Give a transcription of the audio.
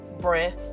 breath